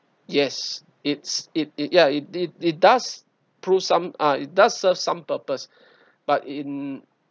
yes it's if it ya it it does prove some it does prove some ah it does serve some purpose but in